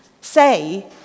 say